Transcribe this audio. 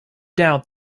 doubt